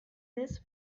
this